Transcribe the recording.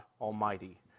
Almighty